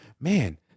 man